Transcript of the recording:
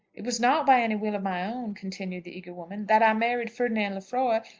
it was not by any will of my own, continued the eager woman, that i married ferdinand lefroy.